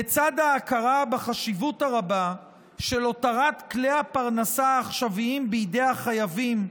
לצד ההכרה בחשיבות הרבה של הותרת כלי הפרנסה העכשוויים בידי החייבים,